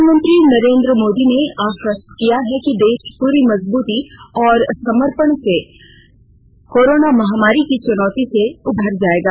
प्रधानमंत्री नरेन्द्र मोदी ने आश्वस्त किया है कि देश पूरी मजबूती और समर्पण से देशकोरोना महामारी की चुनौती से उभर जाएगा